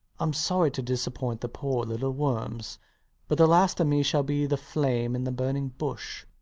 i'm sorry to disappoint the poor little worms but the last of me shall be the flame in the burning bush.